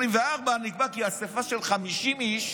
84 נקבע כי אספה של 50 איש